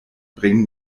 bringen